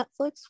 Netflix